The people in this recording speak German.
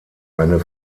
eine